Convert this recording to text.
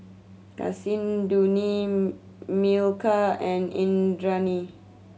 Kasinadhuni Milkha and Indranee